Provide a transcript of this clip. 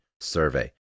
survey